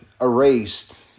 erased